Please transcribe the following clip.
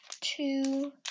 Two